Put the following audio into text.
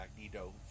Magneto